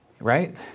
right